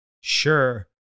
sure